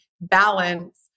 balance